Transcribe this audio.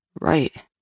Right